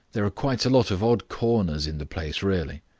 there are quite a lot of odd corners in the place really.